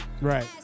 right